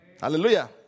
Hallelujah